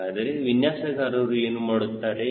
ಹಾಗಾದರೆ ವಿನ್ಯಾಸಗಾರರು ಏನು ಮಾಡುತ್ತಾರೆ